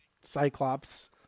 Cyclops